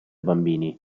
bambini